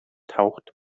taucht